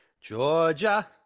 Georgia